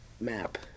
map